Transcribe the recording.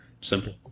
simple